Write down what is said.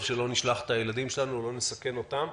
שלא נשלח את הילדים שלנו ולא נסכן אותם.